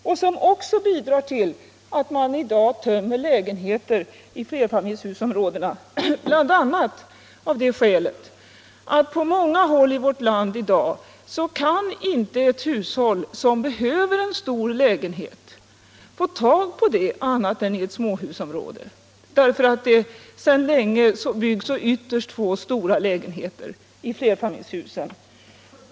Det bidrar också till att man tömmer lägenheter i flerfamiljshusområden, bl.a. av det skälet att ett hushåll som behöver en stor lägenhet på många håll i dag inte kan få tag på en sådan annat än i ett småhusområde, eftersom man sedan länge bygger ytterst få stora lägenheter i flerfamiljshusen.